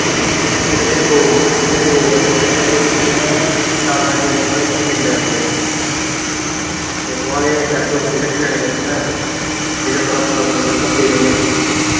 जेह्ड़े दो बचे दे न ओह् में चार पंज दिनें च थुआढ़े कंपलीट कराई देने ऐ ते थोआड़े टैस्ट टुस्ट बी रक्खी लैनें बच्चें दे जेह्दै नै थोआड़ा पूरा सिलेवस कंपलीट होई जाना